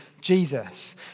Jesus